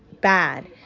bad